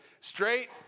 straight